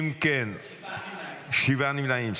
שבעה נמנעים,